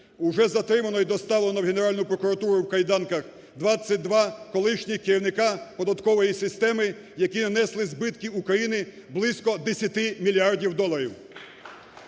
уже затримано і доставлено в Генеральну прокуратуру в кайданках 22 колишніх керівника податкової системи, які нанесли збитки Україні близько 10 мільярдів доларів.